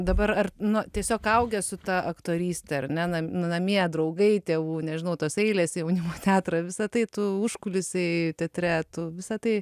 dabar ar nu tiesiog augęs su ta aktoryste ar ne namie draugai tėvų nežinau tos eilės į jaunimo teatrą visa tai tu užkulisiai teatre tu visa tai